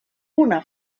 una